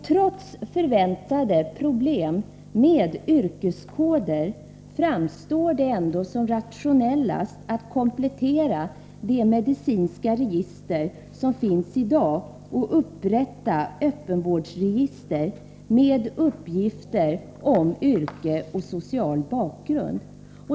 Trots förväntade problem med yrkeskoder framstår det som rationellast att komplettera de medicinska register som finns i dag och framtida öppenvårdsregister med uppgifter om yrke och social bakgrund.